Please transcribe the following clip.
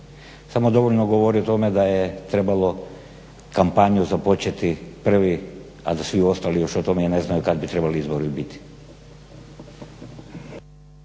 samo dovoljno govori o tome da je trebalo kampanju trebalo započeti prvi a da svi ostali još o tome ne znaju kad bi trebali izbori biti.